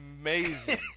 Amazing